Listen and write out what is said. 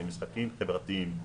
של משחקים חברתיים.